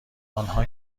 آنها